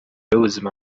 w’ubuzima